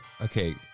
okay